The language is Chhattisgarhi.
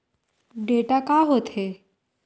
डेटा का होथे?